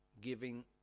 giving